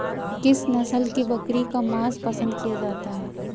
किस नस्ल की बकरी का मांस पसंद किया जाता है?